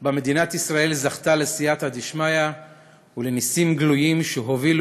שבה מדינת ישראל זכתה לסייעתא דשמיא ולנסים גלויים שהובילו